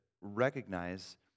recognize